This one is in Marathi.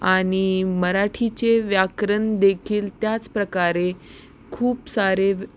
आणि मराठीचे व्याकरण देखील त्याच प्रकारे खूप सारे